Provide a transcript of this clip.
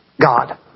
God